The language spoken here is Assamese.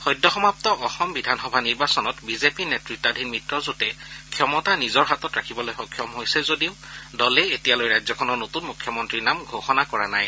সদ্য সমাপ্ত অসম বিধানসভা নিৰ্বাচনত বিজেপি নেতৃতাধীন মিত্ৰজোঁটে ক্ষমতা নিজৰ হাতত ৰাখিবলৈ সক্ষম হৈছে যদিও দলে এতিয়াও ৰাজ্যখনৰ নতুন মখ্যমন্ত্ৰীৰ নাম ঘোষণা কৰা নাই